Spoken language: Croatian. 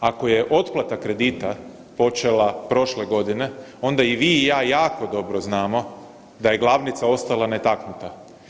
Ako je otplata kredita počela prošle godine, onda i vi i ja jako dobro znamo da je glavnica ostala netaknuta.